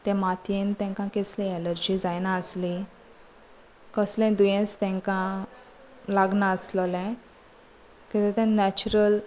ते मातयेन तांकां कसली एलर्जी जायनासली कसलेंय दुयेंस तेंकां लागनासलोले किद्या ते नॅचरल